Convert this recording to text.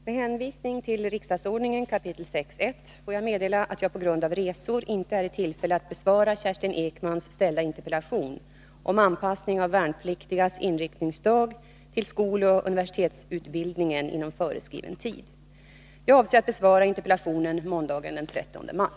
Herr talman! Med hänvisning till riksdagsordningen 6 kap. 1§ får jag meddela att jag på grund av resor inte är i tillfälle att besvara Kerstin Ekmans framställda interpellation om anpassning av värnpliktigas inryckningsdag till skoloch universitetsutbildningen inom föreskriven tid. Jag avser att besvara interpellationen måndagen den 30 maj.